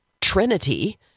Trinity